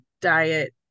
diet